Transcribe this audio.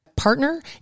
partner